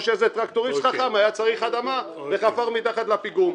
או שאיזה טרקטוריסט חכם היה צריך אדמה וחפר מתחת לפיגום.